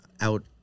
out